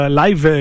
live